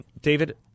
David